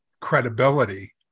credibility